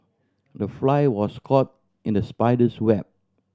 the fly was caught in the spider's web